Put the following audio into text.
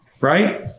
Right